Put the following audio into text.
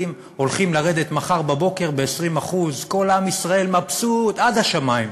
הולכים לרדת מחר בבוקר ב-20% כל עם ישראל מבסוט עד השמים.